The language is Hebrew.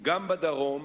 גם בדרום